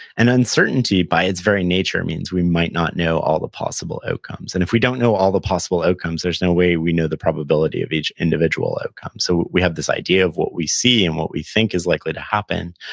and uncertainty, by its very nature, means we might not know all the possible outcomes, and if we don't know all the possible outcomes, there's no way we know the probability of each individual outcome, so we have this idea of what we see and what we think is likely to happen,